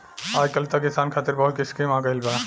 आजकल त किसान खतिर बहुत स्कीम आ गइल बा